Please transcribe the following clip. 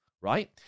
Right